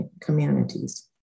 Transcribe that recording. communities